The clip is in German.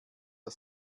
der